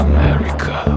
America